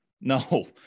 no